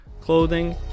clothing